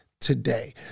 today